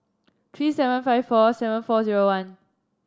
three seven five four seven four zero one